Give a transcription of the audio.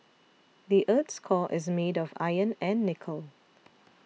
the earth's core is made of iron and nickel